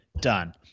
done